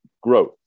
growth